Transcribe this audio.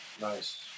Nice